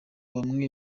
bamwe